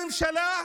לממשלה,